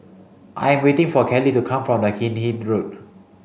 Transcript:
I am waiting for Kelly to come from the Hindhede Road